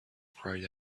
cried